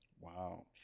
Wow